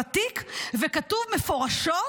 וכתוב מפורשות: